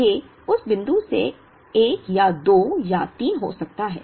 k उस बिंदु से 1 या 2 या 3 हो सकता है